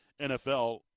NFL